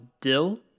Dill